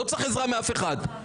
הבן-אדם רוצה לדבר, תן לו לדבר.